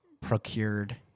procured